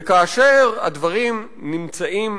וכאשר הדברים נמצאים